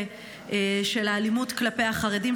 של האלימות כלפי החרדים,